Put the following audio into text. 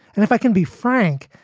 and if i can be frank,